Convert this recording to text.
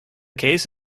case